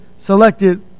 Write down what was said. selected